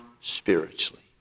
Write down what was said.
spiritually